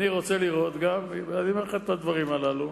אני רוצה לראות גם, ואני אומר לך את הדברים הללו,